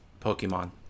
Pokemon